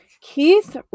Keith